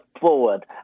forward